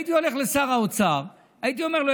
הייתי הולך לשר האוצר והייתי אומר לו: